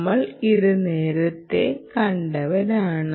നമ്മൾ അത് നേരത്തെ കണ്ടവയാണ്